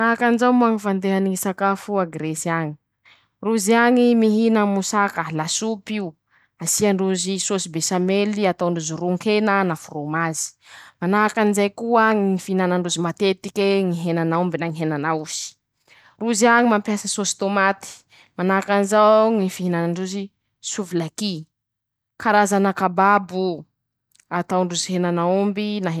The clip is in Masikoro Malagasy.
Manahakanjao moa ñy fandehany ñy sakafo a Giresy añy: Rozy añy mihina mosaka, lasop'ioo, asiandrozy sôsy besamely atapndrozy ronkena na forômazy, manahakanjay koa ñy fihinanandrozy matetike ñy henan'aomby na ñy henan'aosy, rozy añy mampiasa sôsy tômaty, manahakan'izao ñy fihinanandrozy sovilaky, karazana kababoo5 ataondrozy henan'aomby.